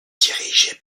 dirigé